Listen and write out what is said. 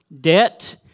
debt